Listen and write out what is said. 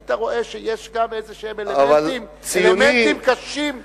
והיית רואה שיש גם אלמנטים קשים בדיבורים,